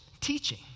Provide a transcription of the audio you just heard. teaching